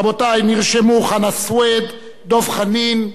רבותי, נרשמו חנא סוייד, דב חנין,